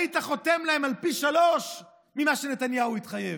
היית חותם להם על פי שלושה ממה שנתניהו התחייב.